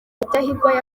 rudahigwa